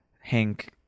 Hank